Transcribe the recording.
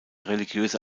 religiöse